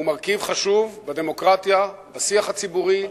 הוא מרכיב חשוב בדמוקרטיה, בשיח הציבורי,